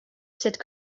cette